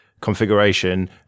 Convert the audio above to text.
configuration